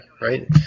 right